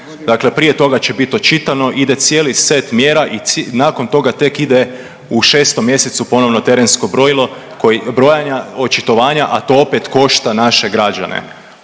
Dakle, prije toga će biti očitano. Ide cijeli set mjera i nakon toga tek ide u šestom mjesecu ponovno terensko brojanja očitovanja a to opet košta naše građane.